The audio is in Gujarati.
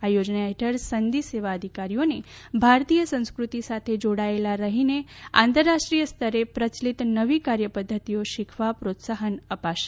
આ યોજના હેઠળ સનદી સેવા અધિકારીઓને ભારતીય સંસ્કૃતિ સાથે જોડાયેલા રહીને આંતરરાષ્ટ્રીય સ્તરે પ્રયલિત નવી કાર્યપદ્ધતિઓ શીખવા પ્રોત્સાહન અપાશે